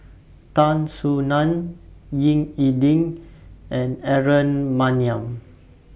Tan Soo NAN Ying E Ding and Aaron Maniam